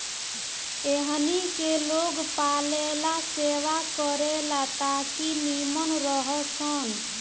एहनी के लोग पालेला सेवा करे ला ताकि नीमन रह सन